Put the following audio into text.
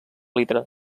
litre